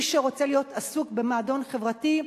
מי שרוצה להיות עסוק במועדון חברתי,